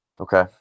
Okay